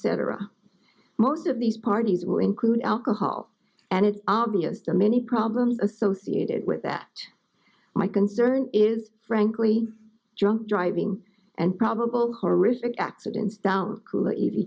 c most of these parties will include alcohol and it's obvious to many problems associated with that my concern is frankly drunk driving and probable horrific accidents down easy